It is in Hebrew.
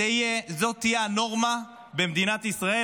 זו תהיה הנורמה במדינת ישראל.